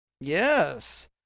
Yes